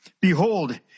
Behold